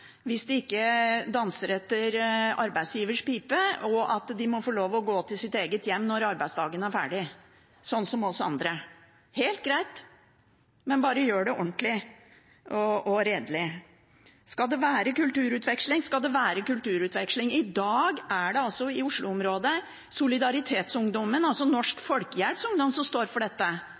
De må også få lov til å gå til sitt eget hjem når arbeidsdagen er ferdig, slik som oss andre. Det er helt greit, men bare gjør det ordentlig og redelig. Hvis det skal være kulturutveksling, så skal det være kulturutveksling. I Oslo-området er det i dag Solidaritetsungdom, altså Norsk Folkehjelps ungdomsbevegelse, som står for dette